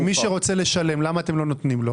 ומי שרוצה לשלם למה אתם לא נותנים לו?